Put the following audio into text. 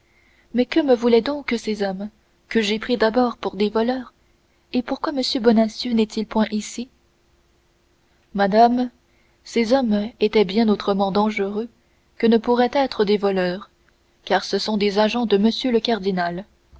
mais que me voulaient donc ces hommes que j'ai pris d'abord pour des voleurs et pourquoi m bonacieux n'est-il point ici madame ces hommes étaient bien autrement dangereux que ne pourraient être des voleurs car ce sont des agents de m le cardinal